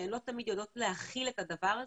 הן לא תמיד יודעות להכיל את הדבר הזה.